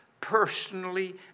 personally